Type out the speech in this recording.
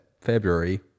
february